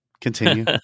Continue